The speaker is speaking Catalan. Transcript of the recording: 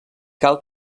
cal